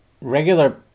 regular